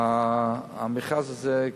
המכרז הזה,